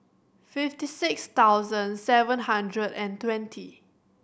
fifty six thousand seven hundred and twenty